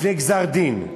לפני גזר-דין,